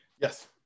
yes